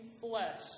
flesh